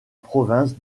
province